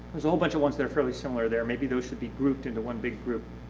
there's a whole bunch of ones that are fairly similar there, maybe those should be grouped into one big group.